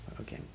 okay